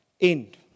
end